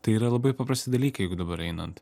tai yra labai paprasti dalykai jeigu dabar einant